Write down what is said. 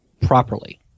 properly